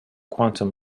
quantum